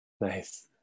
Nice